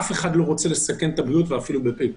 אף אחד לא רוצה לסכן את הבריאות אפילו בפיפס.